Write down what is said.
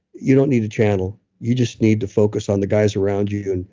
you don't need a channel. you just need to focus on the guys around you you and